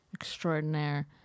extraordinaire